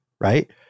right